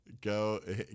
Go